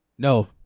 No